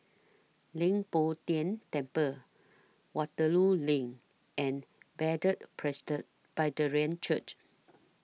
Leng Poh Tian Temple Waterloo LINK and Bethel Presbyterian Church